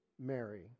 Mary